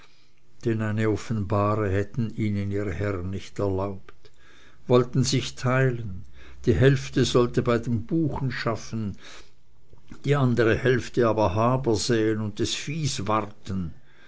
denn eine offenbare hätten ihnen ihre herren nicht erlaubt wollten sich teilen die hälfte sollte bei den buchen schaffen die andere hälfte haber säen und des viehes warten